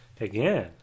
again